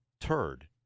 turd